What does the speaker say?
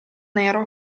nero